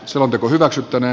selonteko hylätään